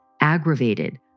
Aggravated